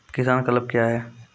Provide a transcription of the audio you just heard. किसान क्लब क्या हैं?